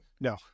no